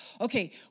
Okay